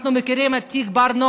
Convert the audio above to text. אנחנו מכירים את תיק הברנוער,